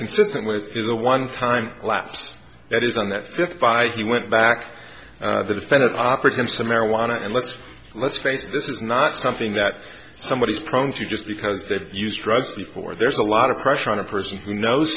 consistent with is a one time lapse that is on that fifth by he went back the defendant offered him some marijuana and let's let's face it this is not something that somebody is prone to just because they've used drugs before there's a lot of pressure on a person who knows